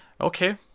okay